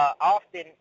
often